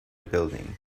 building